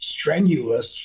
strenuous